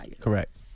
Correct